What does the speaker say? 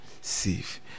safe